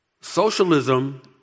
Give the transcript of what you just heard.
socialism